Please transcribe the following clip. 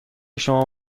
شما